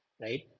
right